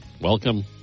welcome